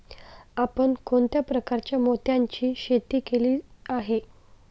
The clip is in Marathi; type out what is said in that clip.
आपण कोणत्या प्रकारच्या मोत्यांची शेती केली आहे?